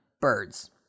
birds